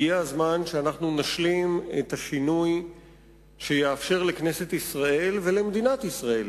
הגיע הזמן שנשלים את השינוי שיאפשר לכנסת ישראל ולמדינת ישראל